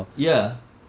ya